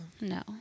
No